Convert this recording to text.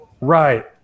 Right